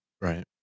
Right